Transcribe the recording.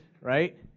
right